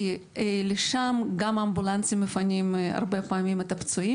כי לשם גם אמבולנסים מפנים הרבה פעמים את הפצועים